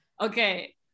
Okay